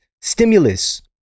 stimulus